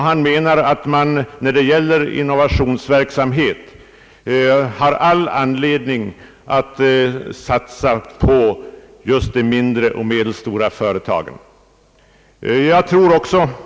Han menar att man i innovationsverksamheten har all anledning att satsa på just de mindre och medelstora företagen.